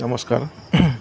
নমস্কাৰ